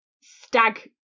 stag